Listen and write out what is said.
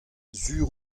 sur